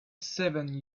seven